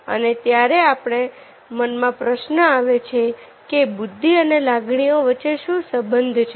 અને ત્યારે આપણા મનમાં પ્રશ્ન આવે છે કે બુદ્ધિ અને લાગણીઓ વચ્ચે શું સંબંધ છે